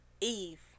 Eve